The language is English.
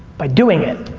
by doing it.